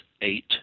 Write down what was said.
eight